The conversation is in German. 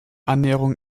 annäherung